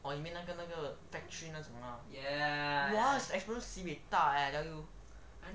oh you mean 那个那个 factory 那种 lah !wah! explosion sibeh 大 leh I tell you